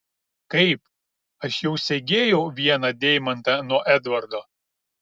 kaip aš jau segėjau vieną deimantą nuo edvardo